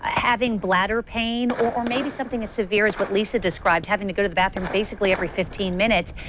ah having bladder pain or maybe something as severe as what lisa described, having to go to the bathroom basically every fifteen minutes.